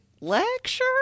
lecture